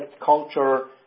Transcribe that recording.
culture